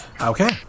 okay